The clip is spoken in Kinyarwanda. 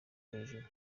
hejuru